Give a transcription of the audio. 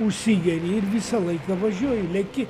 užsigeri ir visą laiką važiuoji leki